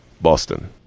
Boston